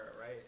right